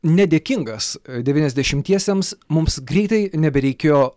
nedėkingas devyniasdešimtiesiems mums greitai nebereikėjo